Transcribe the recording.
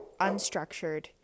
unstructured